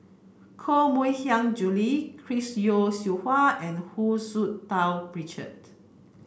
Koh Mui Hiang Julie Chris Yeo Siew Hua and Hu Tsu Tau Richard